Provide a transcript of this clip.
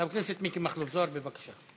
חבר הכנסת מיקי מכלוף זוהר, בבקשה.